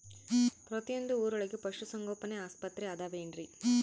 ಪ್ರತಿಯೊಂದು ಊರೊಳಗೆ ಪಶುಸಂಗೋಪನೆ ಆಸ್ಪತ್ರೆ ಅದವೇನ್ರಿ?